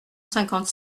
cinquante